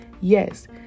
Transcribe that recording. Yes